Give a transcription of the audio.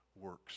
works